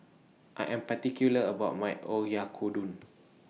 I Am particular about My Oyakodon